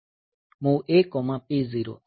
MOV AP0